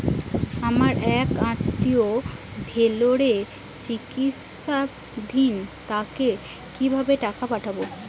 আমার এক আত্মীয় ভেলোরে চিকিৎসাধীন তাকে কি ভাবে টাকা পাঠাবো?